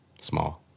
Small